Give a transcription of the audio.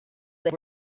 they